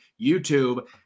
YouTube